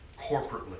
corporately